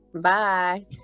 Bye